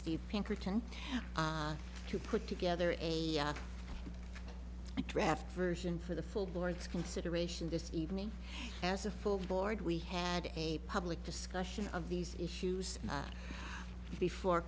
steve pinkerton to put together a draft version for the full board's consideration this evening as a full board we had a public discussion of these issues before